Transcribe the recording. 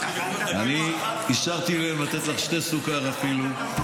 אני אישרתי להם לתת לך שני סוכר אפילו.